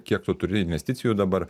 kiek tu turi investicijų dabar